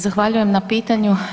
Zahvaljujem na pitanju.